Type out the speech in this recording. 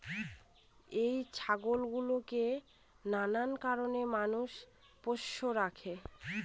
এই ছাগল গুলোকে নানান কারণে মানুষ পোষ্য রাখে